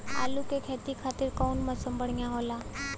आलू के खेती खातिर कउन मौसम बढ़ियां होला?